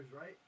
right